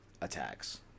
attacks